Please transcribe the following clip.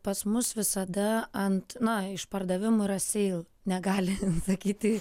pas mus visada ant na išpardavimų yra seil negali sakyti